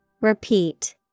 Repeat